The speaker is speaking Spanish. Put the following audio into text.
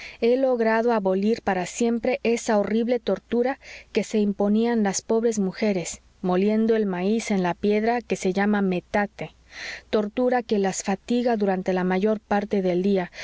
he logrado abolir para siempre esa horrible tortura que se imponían las pobres mujeres moliendo el maíz en la piedra que se llama metate tortura que las fatiga durante la mayor parte del día